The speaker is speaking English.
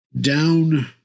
down